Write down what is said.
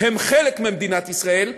הם חלק ממדינת ישראל,